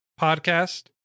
podcast